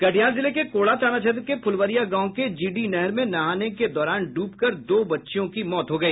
कटिहार जिले के कोढ़ा थाना क्षेत्र के फूलवरिया गांव के जीडी नहर में नहाने के दौरान डूबकर दो बच्चियों की मौत हो गई